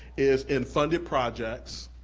is in funded projects,